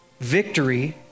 Victory